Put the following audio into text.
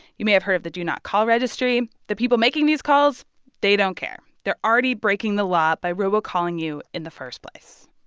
you may have heard of the do not call registry. the people making these calls they don't care. they're already breaking the law by robocalling you in the first place.